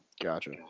Gotcha